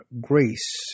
grace